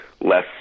less